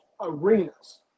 arenas